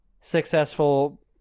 successful